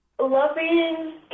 loving